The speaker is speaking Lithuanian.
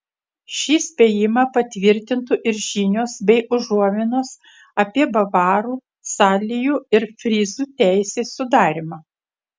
šį spėjimą patvirtintų ir žinios bei užuominos apie bavarų salijų ir fryzų teisės sudarymą